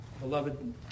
beloved